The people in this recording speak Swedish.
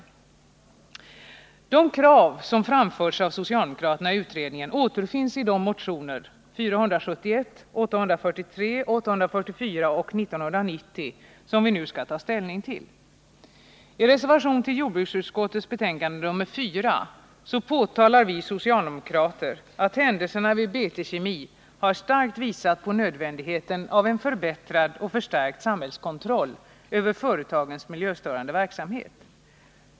21 november 1979 De krav som framförts av socialdemokraterna i utredningen återfinns i de motioner 471, 843, 844 och 1990, som vi nu skall ta ställning till. I reservationen till jordbruksutskottets betänkande nr 4 påtalar vi socialdemokrater att händelserna vid BT-Kemi starkt visat på nödvändigheten äv en förbättrad och förstärkt samhällskontroll över företagens miljöstörande verksamhet.